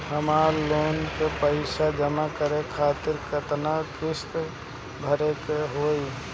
हमर लोन के पइसा जमा करे खातिर केतना किस्त भरे के होई?